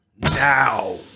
Now